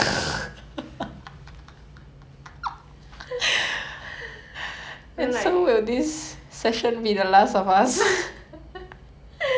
!aiya! I don't know okay anyways I was saying you can don't stick to 日本餐 what you can give me other like cuisines